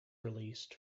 released